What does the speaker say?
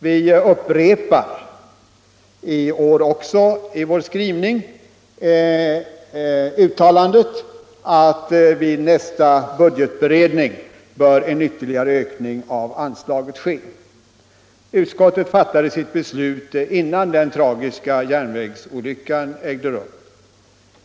Vi upprepar även i årets skrivning uttalandet att vid nästa budgetberedning en ytterligare ökning av anslaget bör ske. Utskottet fattade sitt beslut innan den tragiska järnvägsolyckan ägde rum.